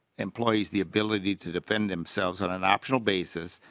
employees the ability to defend themselves and an optional bases.